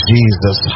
Jesus